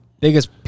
biggest